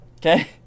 Okay